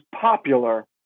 popular